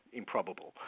improbable